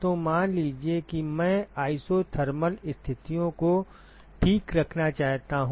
तो मान लीजिए कि मैं isothermal स्थितियों को ठीक रखना चाहता हूं